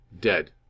dead